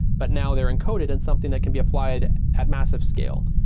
but now they're encoded in something that can be applied at massive scale.